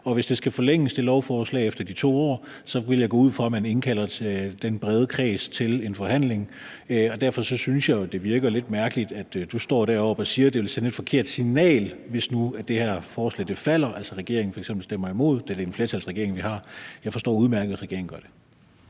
og hvis det lovforslag skal forlænges efter de 2 år, vil jeg gå ud fra, at man indkalder den brede kreds til en forhandling. Derfor synes jeg jo, det virker lidt mærkeligt, at du står deroppe og siger, at det vil sende et forkert signal, hvis nu det her forslag falder, altså hvis regeringen f.eks. stemmer imod, da det er en flertalsregering, vi har. Jeg forstår udmærket, at regeringen gør det.